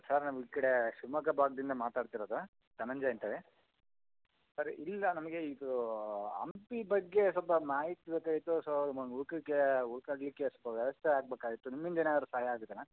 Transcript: sir ನಾವು ಇತ್ತ ಕಡೆ ಶಿವಮೊಗ್ಗ ಭಾಗದಿಂದ ಮಾತಾಡ್ತಿರೋದು ಧನಂಜಯ್ ಅಂತೇಳಿ ಸರ್ ಇಲ್ಲ ನಮಗೆ ಇದು ಹಂಪಿ ಬಗ್ಗೆ ಸ್ವಲ್ಪ ಮಾಹಿತಿ ಬೇಕಾಗಿತ್ತು ಸೋ ನಮ್ಗೆ ಉಳ್ಕಳಕ್ಕೆ ಉಳ್ಕೊಳ್ಲಿಕ್ಕೆ ಸ್ವಲ್ಪ ವ್ಯವಸ್ಥೆ ಆಗ್ಬೇಕಾಯಿತ್ತು ನಿಮ್ಮಿಂದ ಏನಾದ್ರು ಸಹಾಯಾಗತ್ತೇನಾ